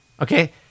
Okay